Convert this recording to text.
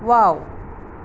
wow